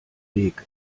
weg